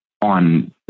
on